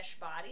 body